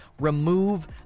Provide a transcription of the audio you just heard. remove